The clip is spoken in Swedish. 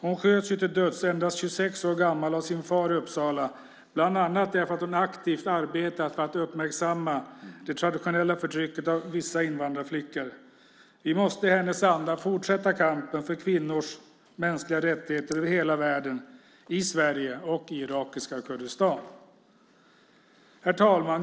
Endast 26 år gammal sköts hon till döds av sin far i Uppsala, bland annat därför att hon aktivt arbetat för att uppmärksamma det traditionella förtrycket av vissa invandrarflickor. Vi måste i hennes anda fortsätta kampen för kvinnors mänskliga rättigheter över hela världen, i Sverige och i irakiska Kurdistan. Herr talman!